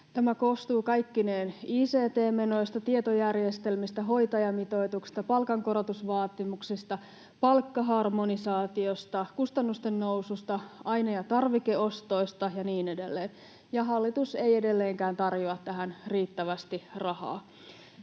Tämä koostuu kaikkineen ict-menoista, tietojärjestelmistä, hoitajamitoituksesta, palkankorotusvaatimuksista, palkkaharmonisaatiosta, kustannusten noususta, aine- ja tarvikeostoista ja niin edelleen. Hallitus ei edelleenkään tarjoa tähän riittävästi rahaa,